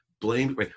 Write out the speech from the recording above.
blame